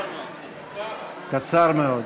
קצר מאוד.